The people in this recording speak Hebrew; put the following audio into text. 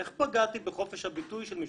איך פגעתי בחופש הביטוי של מישהו?